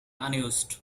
unused